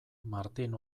martin